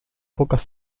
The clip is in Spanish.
pocas